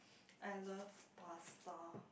I love pasta